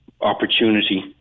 opportunity